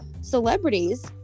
celebrities